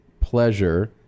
pleasure